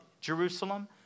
Jerusalem